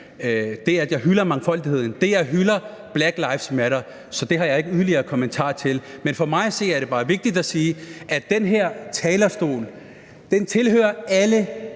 det, at jeg hylder mangfoldigheden, det, at jeg hylder »Black lives matter«. Så det har jeg ikke yderligere kommentarer til. Men for mig at se er det bare vigtigt at sige, at den her talerstol tilhører alle